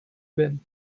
been